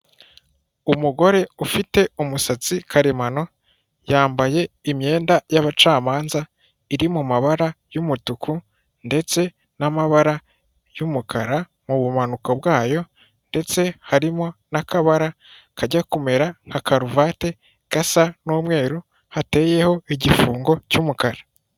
Umugore ufite umusatsi karemano yambaye imyenda y'abacamanza iri mu mabara y'umutuku ndetse n'amabara y'umukara m'ubumanuko bwayo ndetse harimo n'akabara kajya kumera nka karuvate gasa n'umweru hateyeho igifungo cy'umukara.